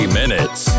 minutes